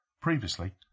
Previously